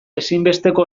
ezinbesteko